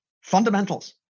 fundamentals